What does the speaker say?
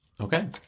Okay